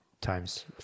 times